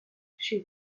she